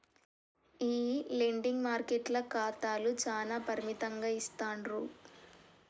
ఈ లెండింగ్ మార్కెట్ల ఖాతాలు చానా పరిమితంగా ఇస్తాండ్రు